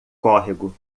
córrego